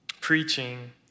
preaching